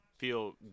feel